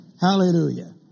Hallelujah